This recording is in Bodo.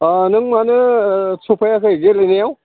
नों मानो सफैयाखै गेलेनायाव